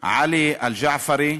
עלי ג'עפרי,